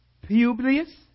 Publius